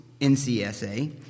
NCSA